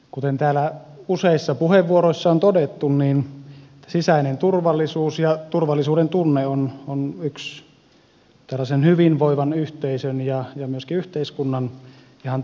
kuten täällä useissa puheenvuoroissa on todettu sisäinen turvallisuus ja turvallisuudentunne on yksi tällaisen hyvinvoivan yhteisön ja myöskin yhteiskunnan ihan perusasioita